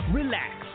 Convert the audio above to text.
relax